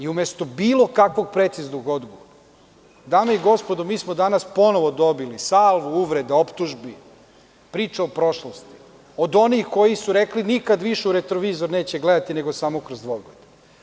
Umesto bilo kakvog preciznog odgovora, dame i gospodo, dobili smo salvu uvreda, optužbi, priča o prošlosti od onih koji su rekli da nikad više u retrovizor neće gledati, nego samo kroz dvogled.